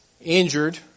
injured